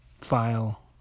file